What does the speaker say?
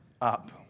up